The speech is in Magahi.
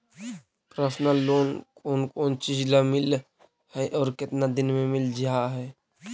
पर्सनल लोन कोन कोन चिज ल मिल है और केतना दिन में मिल जा है?